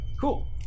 Cool